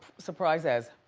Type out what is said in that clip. surprises.